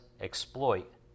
exploit